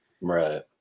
right